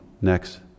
next